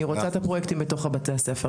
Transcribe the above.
אני רוצה את הפרויקטים בתוך בתי הספר.